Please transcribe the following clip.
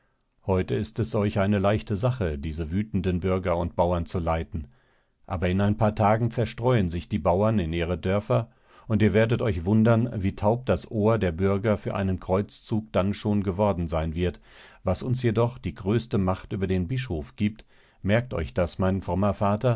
heute ist es euch eine leichte sache diese wütenden bürger und bauern zu leiten aber in ein paar tagen zerstreuen sich die bauern in ihre dörfer und ihr werdet euch wundern wie taub das ohr der bürger für einen kreuzzug dann schon geworden sein wird was uns jedoch die größte macht über den bischof gibt merkt euch das mein frommer vater